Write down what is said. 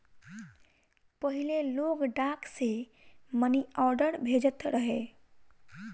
पहिले लोग डाक से मनीआर्डर भेजत रहे